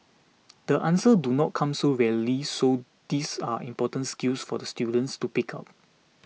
the answers do not come so readily so these are important skills for the students to pick up